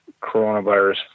coronavirus